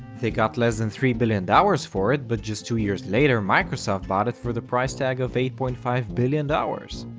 they got less than three billion dollars for it, but just two years later microsoft bought it for the price tag of eight point five billion dollars.